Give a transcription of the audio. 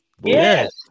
Yes